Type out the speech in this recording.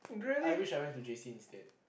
I wish I went to J_C instead